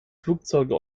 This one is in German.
flugzeuge